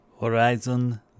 Horizon